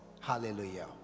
Hallelujah